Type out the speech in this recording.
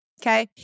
okay